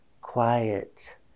quiet